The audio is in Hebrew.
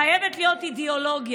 חייבת להיות אידיאולוגיה,